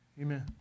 Amen